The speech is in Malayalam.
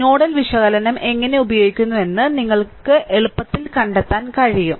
നോഡൽ വിശകലനം എങ്ങനെ ഉപയോഗിക്കുന്നുവെന്ന് നിങ്ങൾക്ക് എളുപ്പത്തിൽ കണ്ടെത്താൻ കഴിയും